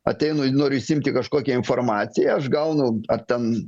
ateinu ir noriu išsiimti kažkokią informaciją aš gaunu ar ten